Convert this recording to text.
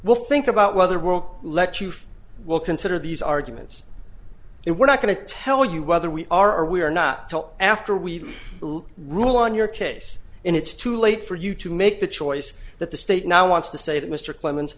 we'll think about whether we'll let you will consider these arguments it we're not going to tell you whether we are we are not till after we rule on your case and it's too late for you to make the choice that the state now wants to say that mr clemens